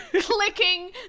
clicking